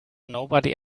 nobody